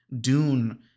Dune